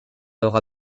alors